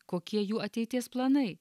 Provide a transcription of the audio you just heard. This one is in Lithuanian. kokie jų ateities planai